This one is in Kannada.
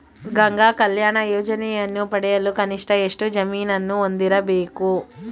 ಗಂಗಾ ಕಲ್ಯಾಣ ಯೋಜನೆಯನ್ನು ಪಡೆಯಲು ಕನಿಷ್ಠ ಎಷ್ಟು ಜಮೀನನ್ನು ಹೊಂದಿರಬೇಕು?